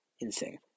Insane